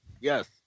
Yes